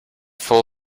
full